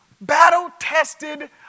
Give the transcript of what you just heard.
Battle-tested